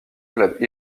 club